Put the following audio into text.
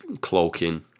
cloaking